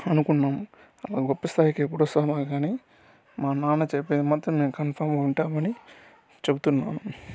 అనుకున్నాము అలా గొప్ప స్థాయికి ఎప్పుడొస్తామో గానీ మా నాన్న చెప్పేది మాత్రం నేను కన్ఫర్మ్గా వింటామని చెప్తున్నాను